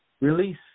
release